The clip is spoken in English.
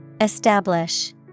Establish